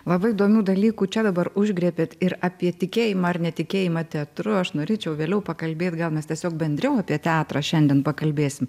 labai įdomių dalykų čia dabar užgriebėt ir apie tikėjimą ar netikėjimą teatru aš norėčiau vėliau pakalbėt gal mes tiesiog bendriau apie teatrą šiandien pakalbėsim